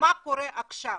מה קורה עכשיו?